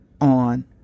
on